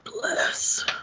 bless